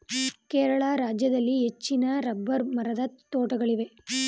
ಕೇರಳ ರಾಜ್ಯದಲ್ಲಿ ಹೆಚ್ಚಿನ ರಬ್ಬರ್ ಮರದ ತೋಟಗಳಿವೆ